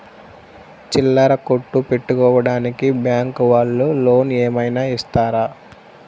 చిల్లర కొట్టు పెట్టుకోడానికి బ్యాంకు వాళ్ళు లోన్ ఏమైనా ఇస్తారా?